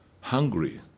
hungry